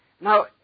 Now